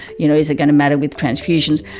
you know is it going to matter with transfusions?